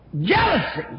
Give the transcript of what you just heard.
jealousy